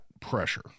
pressure